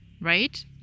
Right